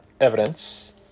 evidence